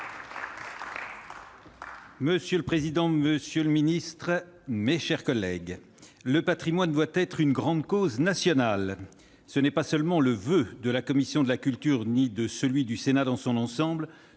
Monsieur le président, monsieur le ministre, mes chers collègues, « le patrimoine doit être une grande cause nationale » :ce n'est pas seulement le voeu de la commission de la culture, et du Sénat dans son ensemble